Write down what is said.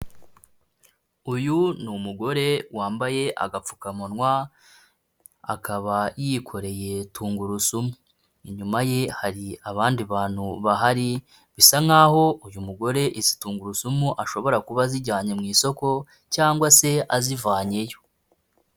Uyu ni umugore wambaye agapfukamunwa akaba yikoreye tungurusumu, inyuma ye hari abandi bantu bahari bisa nkaho uyu mugore izi tungurusumu ashobora kuba azijyanye mu isoko cyangwa se azivanyeyo.